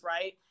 right